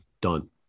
done